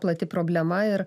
plati problema ir